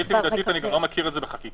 בלתי מידתית אני לא מכיר את זה בחקיקה.